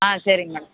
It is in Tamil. ஆ சரிங்க மேடம்